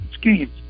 schemes